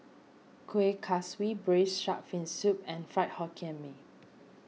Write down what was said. Kuih Kaswi Braised Shark Fin Soup and Fried Hokkien Mee